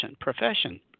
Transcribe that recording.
profession